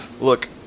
look